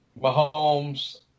Mahomes